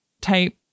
type